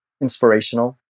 inspirational